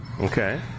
Okay